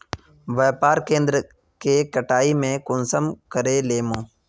व्यापार केन्द्र के कटाई में कुंसम करे लेमु?